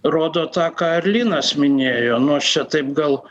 rodo tą ką ir linas minėjo nu aš čia taip gal